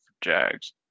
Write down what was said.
Jags